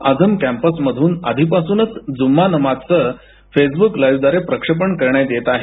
Azam campus मधून आधीपासूनच जुम्मा नमाजचं फेसब्रुक लाईव्हव्दारे प्रक्षेपण करण्यात येत आहे